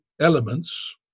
elements